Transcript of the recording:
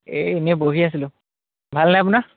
এই এনেই বহি আছিলোঁ ভালনে আপোনাৰ